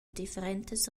differentas